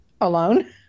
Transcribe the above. alone